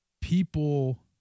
people